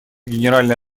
генеральной